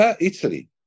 Italy